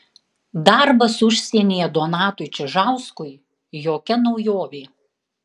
darbas užsienyje donatui čižauskui jokia naujovė